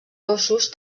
gossos